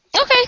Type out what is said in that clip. Okay